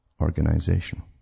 organization